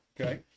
Okay